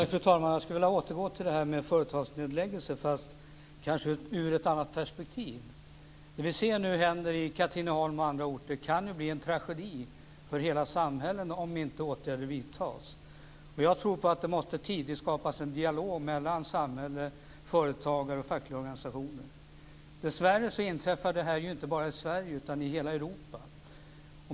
Fru talman! Jag skulle vilja återgå till frågan om företagsnedläggelser, fast kanske ur ett annat perspektiv. Det vi nu ser hända i Katrineholm och på andra orter kan bli en tragedi för hela samhällen om inte åtgärder vidtas. Jag tror att det tidigt måste skapas en dialog mellan samhälle, företagare och fackliga organisationer. Dessvärre inträffar det här inte bara i Sverige, utan i hela Europa.